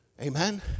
Amen